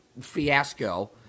fiasco